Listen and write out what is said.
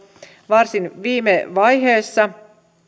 varsin viime vaiheessa